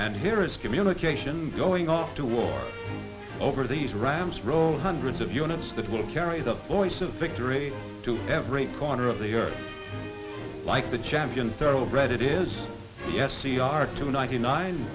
and here is communication going off to war over these rams roll hundreds of units that will carry the voice of victory to every corner of the earth like the champion thoroughbred it is the s c r two ninety nine